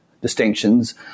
distinctions